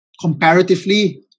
comparatively